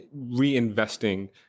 reinvesting